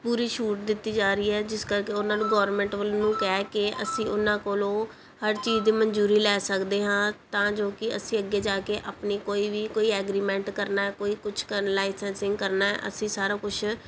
ਪੂਰੀ ਛੂਟ ਦਿੱਤੀ ਜਾ ਰਹੀ ਹੈ ਜਿਸ ਕਰਕੇ ਉਹਨਾਂ ਨੂੰ ਗਵਰਮੈਂਟ ਵੱਲੋਂ ਨੂੰ ਕਹਿ ਕੇ ਅਸੀਂ ਉਹਨਾਂ ਕੋਲੋਂ ਹਰ ਚੀਜ਼ ਦੀ ਮਨਜ਼ੂਰੀ ਲੈ ਸਕਦੇ ਹਾਂ ਤਾਂ ਜੋ ਕਿ ਅਸੀਂ ਅੱਗੇ ਜਾ ਕੇ ਆਪਣੀ ਕੋਈ ਵੀ ਕੋਈ ਐਗਰੀਮੈਂਟ ਕਰਨਾ ਕੋਈ ਕੁਛ ਕਰਨ ਲਾਈਸੈਂਸਿੰਗ ਕਰਨਾ ਅਸੀਂ ਸਾਰਾ ਕੁਛ